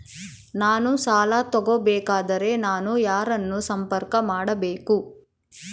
ನಾನು ಸಾಲ ತಗೋಬೇಕಾದರೆ ನಾನು ಯಾರನ್ನು ಸಂಪರ್ಕ ಮಾಡಬೇಕು?